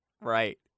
Right